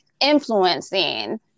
influencing